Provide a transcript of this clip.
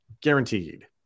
guaranteed